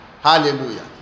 Hallelujah